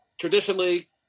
traditionally